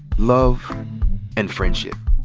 love and friendship,